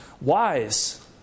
wise